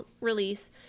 release